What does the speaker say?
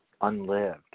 unlived